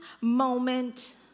moment